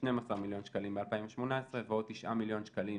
12 מיליון שקלים ב-2018 ועוד 9 מיליון שקלים